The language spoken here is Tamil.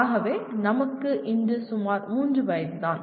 ஆகவே நமக்கு இன்று சுமார் 3 வயதுதான்